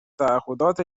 تعهدات